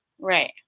Right